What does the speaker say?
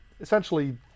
Essentially